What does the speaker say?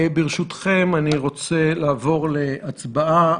ברשותכם, אני רוצה לעבור להצבעה.